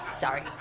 Sorry